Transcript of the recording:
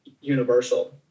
universal